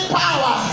power